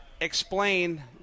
explain